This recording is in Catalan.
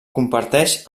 comparteix